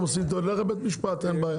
לך לבית משפט ואין בעיה.